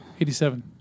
87